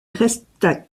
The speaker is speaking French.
resta